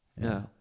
No